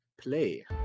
play